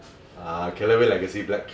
uh Callaway legacy black